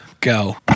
go